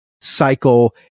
cycle